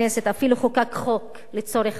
אפילו חוקק חוק לצורך העניין,